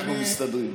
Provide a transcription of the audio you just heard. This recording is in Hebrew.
אנחנו מסתדרים.